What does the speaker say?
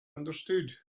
understood